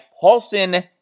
Paulson